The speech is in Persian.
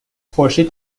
خورشید